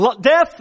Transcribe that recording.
death